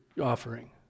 offering